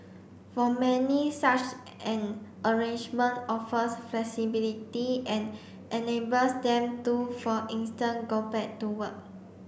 for many such an arrangement offers flexibility and enables them to for instance go back to work